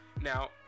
now